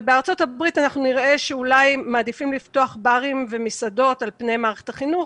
אנחנו נראה שאולי מעדיפים לפתוח בארים ומסעדות על פני מערכת הבריאות,